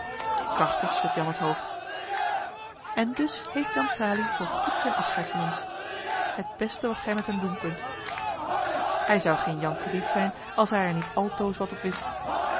krachtig schudt jan het hoofd en dus heeft jan salie voor goed zijn afscheid van ons het beste wat gij met hem doen kunt hij zou geen jan crediet zijn als hij er niet altoos wat op wist